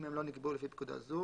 אם הם לא נקבעו לפי פקודה זו.